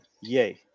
Yay